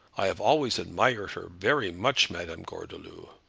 i have always admired her very much, madame gordeloup.